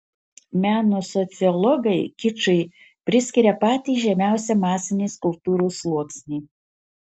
meno sociologai kičui priskiria patį žemiausią masinės kultūros sluoksnį